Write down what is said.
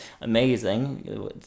amazing